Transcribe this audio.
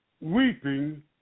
weeping